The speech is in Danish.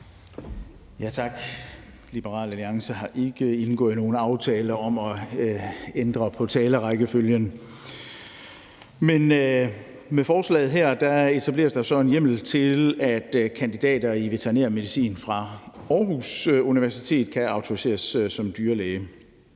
Tak. Liberal Alliance har ikke indgået nogen aftale om at ændre på talerrækkefølgen. Med forslaget her etableres der så en hjemmel til, at kandidater i veterinærmedicin fra Aarhus Universitet kan autoriseres som dyrlæger.